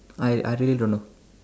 I I really don't know